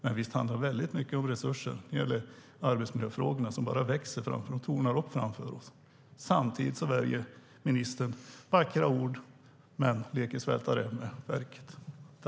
Men visst handlar väldigt mycket om resurser när det gäller arbetsmiljöfrågorna, som tornar upp sig framför oss, samtidigt som ministern väljer vackra ord men leker svälta räv med verket.